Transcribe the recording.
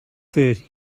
thirty